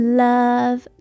love